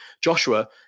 Joshua